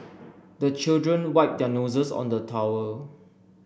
the children wipe their noses on the towel